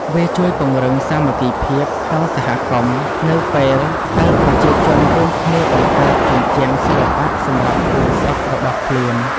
វាជួយពង្រឹងសាមគ្គីភាពក្នុងសហគមន៍ នៅពេលដែលប្រជាជនរួមគ្នាបង្កើតជញ្ជាំងសិល្បៈសម្រាប់ភូមិស្រុករបស់ខ្លួន។